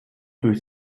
durch